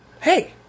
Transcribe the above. hey